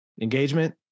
engagement